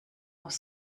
aus